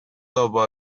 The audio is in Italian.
dopo